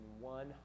one